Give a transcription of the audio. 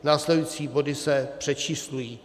Následující body se přečíslují.